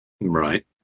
Right